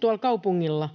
tuolla kaupungilla?